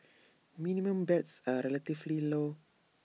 minimum bets are relatively low